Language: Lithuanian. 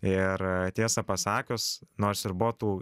ir tiesą pasakius nors ir buvo tų